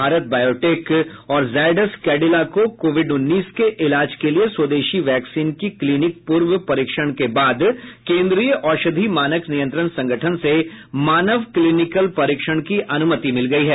Bharat Biotech और जायडस कैडिला को Covid उन्नीस के इलाज के लिए स्वदेशी वैक्सीन की क्लीनिक पूर्व परीक्षण के बाद केंद्रीय औषधि मानक नियंत्रण संगठन से मानव क्लीनिकल परीक्षण की अनुमति मिल गई है